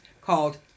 called